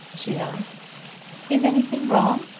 she asked is anything wrong?